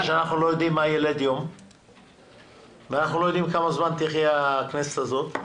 שאנחנו לא יודעים מה יילד יום וכמה זמן תחיה הכנסת הזו,